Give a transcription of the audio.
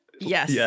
Yes